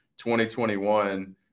2021